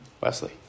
Wesley